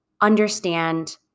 understand